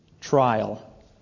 trial